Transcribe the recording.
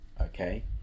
Okay